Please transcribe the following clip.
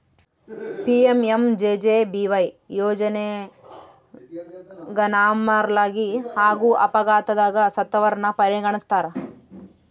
PMMJJBY ಯೋಜನೆಗ ನಾರ್ಮಲಾಗಿ ಹಾಗೂ ಅಪಘಾತದಗ ಸತ್ತವರನ್ನ ಪರಿಗಣಿಸ್ತಾರ